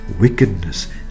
wickedness